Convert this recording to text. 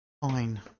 Fine